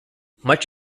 much